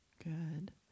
Good